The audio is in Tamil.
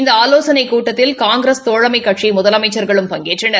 இந்த ஆலோசனைக் கூட்டத்தில் காங்கிரஸ் தோழமைக்கட்சி முதலமைச்சர்களும் பங்கேற்றனர்